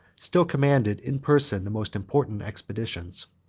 still commanded in person the most important expeditions.